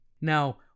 Now